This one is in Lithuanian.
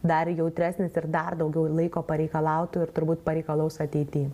dar jautresnis ir dar daugiau laiko pareikalautų ir turbūt pareikalaus ateity